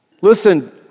Listen